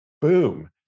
boom